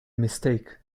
mistake